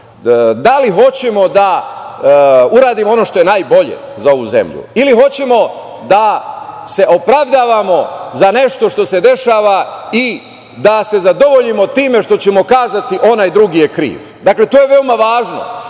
Da li hoćemo da uradimo ono što je najbolje za ovu zemlju ili hoćemo da se opravdavamo za nešto što se dešava i da se zadovoljimo time što ćemo kazati – onaj drugi je kriv? To je veoma važno.